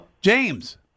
James